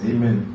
Amen